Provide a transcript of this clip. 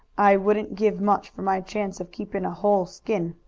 i wouldn't give much for my chance of keeping a whole skin.